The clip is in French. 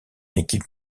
équipe